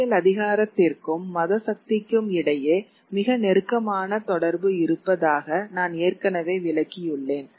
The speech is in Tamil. அரசியல் அதிகாரத்திற்கும் மத சக்திக்கும் இடையே மிக நெருக்கமான தொடர்பு இருப்பதாக நான் ஏற்கனவே விளக்கியுள்ளேன்